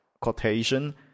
quotation